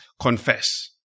confess